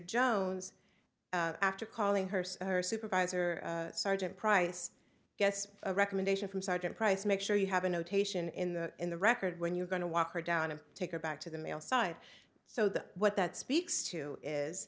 jones after calling her her supervisor sergeant price gets a recommendation from sergeant price make sure you have a notation in the in the record when you're going to walk her down and take her back to the male side so that what that speaks to is